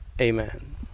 amen